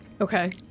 Okay